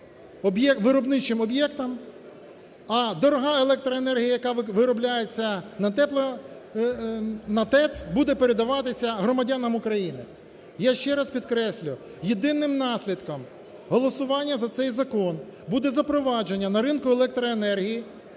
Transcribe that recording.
виробничим об'єктам, а дорога електроенергія, яка виробляється на тепло... на ТЕЦ, буде передаватися громадянам України. Я ще раз підкреслюю, єдиним наслідком голосування за цей закон буде запровадження на ринку електроенергії